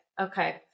Okay